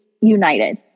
united